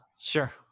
Sure